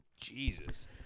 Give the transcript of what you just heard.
Jesus